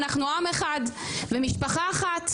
אנחנו עם אחד ומשפחה אחת,